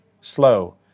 Slow